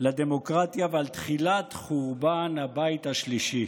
לדמוקרטיה ועל תחילת חורבן הבית השלישי.